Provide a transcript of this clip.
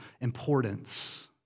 importance